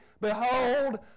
Behold